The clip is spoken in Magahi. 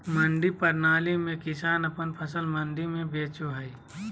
मंडी प्रणाली में किसान अपन फसल मंडी में बेचो हय